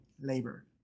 labor